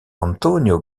antonio